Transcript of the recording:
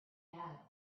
had